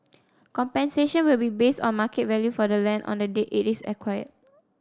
compensation will be based on market value for the land on the date it is acquired